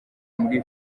muri